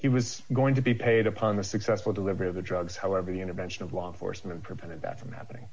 he was going to be paid upon the successful delivery of the drugs however the intervention of law enforcement prevented that from happening